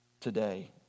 today